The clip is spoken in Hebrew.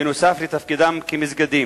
בנוסף לתפקידם כמסגדים.